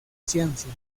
ciencia